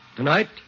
Tonight